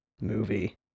movie